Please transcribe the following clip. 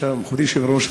אדוני היושב-ראש,